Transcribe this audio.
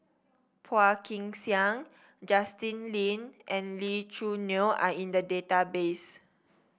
Phua Kin Siang Justin Lean and Lee Choo Neo are in the database